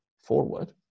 forward